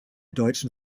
deutschen